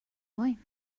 wine